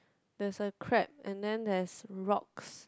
that's a crab and then there is rocks